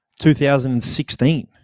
2016